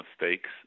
mistakes